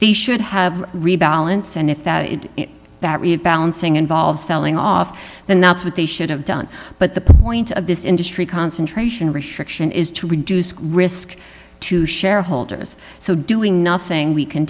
these should have rebalance and if that rebalancing involves selling off then that's what they should have done but the point of this industry concentration restriction is to reduce risk to shareholders so doing nothing we c